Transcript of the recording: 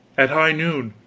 at high noon.